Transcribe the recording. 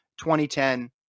2010